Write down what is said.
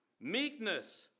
Meekness